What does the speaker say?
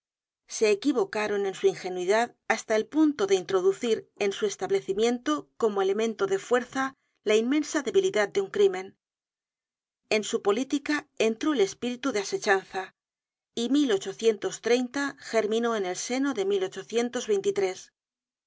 se equivocaron en su ingenuidad hasta el punto de introducir en su establecimiento como elemento de fuerza la inmensa debilidad de un crimen en su política entró el espíritu de asechanza y germinó en el seno de